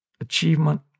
achievement